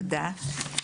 שלום לכולם ותודה,